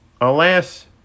Alas